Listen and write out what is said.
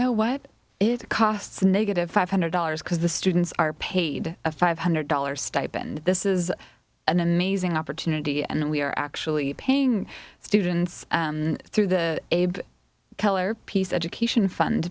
know what it costs negative five hundred dollars because the students are paid a five hundred dollars stipend this is an amazing opportunity and we are actually paying students through the color piece education fund